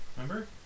remember